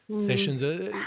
Sessions